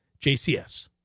jcs